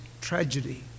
tragedy